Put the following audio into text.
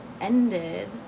ended